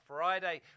Friday